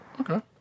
Okay